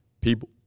people